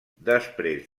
després